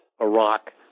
Iraq